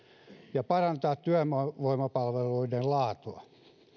ja kolme parantaa työvoimapalveluiden laatua